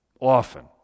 often